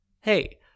Hey